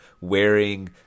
Wearing